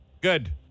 Good